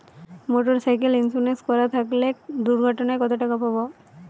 Motorcycle insurance করা থাকলে দুঃঘটনায় কতটাকা পাব?